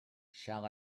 shall